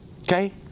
okay